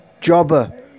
jobber